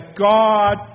God